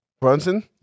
Brunson